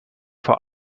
vor